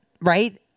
right